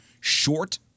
short